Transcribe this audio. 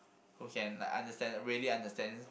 who can like understand really understand